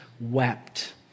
wept